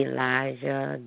Elijah